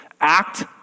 act